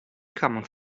kwamen